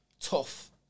tough